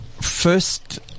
first